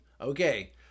Okay